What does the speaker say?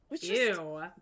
Ew